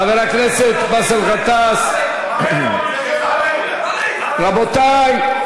חבר הכנסת באסל גטאס, רבותי,